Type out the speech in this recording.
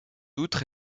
outre